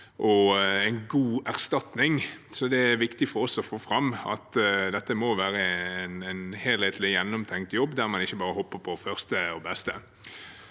og god erstatning. Det er viktig for oss å få fram at dette må være en helhetlig, gjennomtenkt jobb der man ikke bare hopper på første og beste.